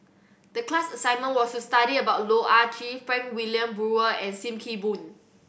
the class assignment was to study about Loh Ah Chee Frank Wilmin Brewer and Sim Kee Boon